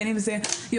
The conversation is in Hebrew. בין אם זה יועץ,